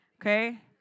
okay